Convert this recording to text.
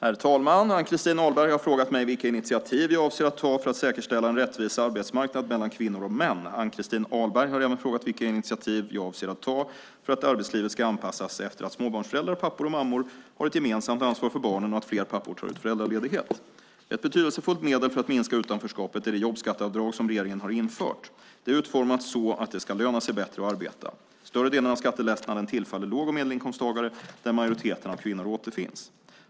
Herr talman! Ann-Christin Ahlberg har frågat mig vilka initiativ jag avser att ta för att säkerställa en rättvis arbetsmarknad mellan kvinnor och män. Ann-Christin Ahlberg har även frågat vilka initiativ jag avser att ta för att arbetslivet ska anpassas efter att småbarnsföräldrar, pappor och mammor, har ett gemensamt ansvar för barnen och att fler pappor tar ut föräldraledighet. Ett betydelsefullt medel för att minska utanförskapet är det jobbskatteavdrag som regeringen infört. Det är utformat så att det ska löna sig bättre att arbeta. Större delen av skattelättnaden tillfaller låg och medelinkomsttagare där majoriteten av kvinnor återfinns.